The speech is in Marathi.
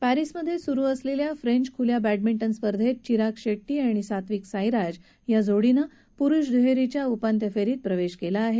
पॅरिसमध्ये सुरु असलेल्या फ्रेंच खुल्या बॅंडमिंटन स्पर्धेत चिराग शेट्टी आणि सात्विकसाईराज या जोडीनं पुरुष दुहेरीच्या उपांत्य फेरीत प्रवेश केला आहे